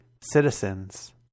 citizens